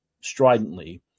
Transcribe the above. stridently